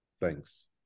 Thanks